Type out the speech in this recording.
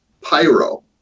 pyro